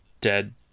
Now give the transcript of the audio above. dead